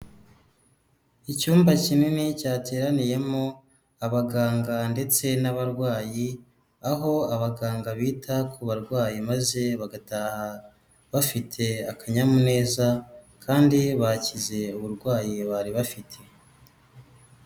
Icyumba kinini cyateraniyemo abaganga ndetse n'abarwayi, aho abaganga bita ku barwayi maze bagataha bafite akanyamuneza kandi bakize uburwayi bari bafite.